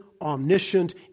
omniscient